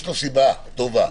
יש לו סיבה טובה,